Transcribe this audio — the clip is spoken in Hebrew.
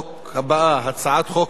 הצעת חוק השירות הצבאי,